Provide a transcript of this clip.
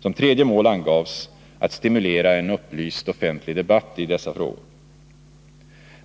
Som tredje mål angavs hjälp till att stimulera en upplyst offentlig debatt i dessa frågor.